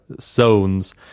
zones